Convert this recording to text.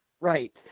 right